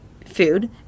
food